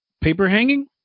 Paper-hanging